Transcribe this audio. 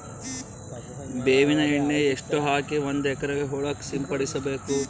ಬೇವಿನ ಎಣ್ಣೆ ಎಷ್ಟು ಹಾಕಿ ಒಂದ ಎಕರೆಗೆ ಹೊಳಕ್ಕ ಸಿಂಪಡಸಬೇಕು?